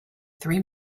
three